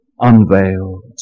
unveiled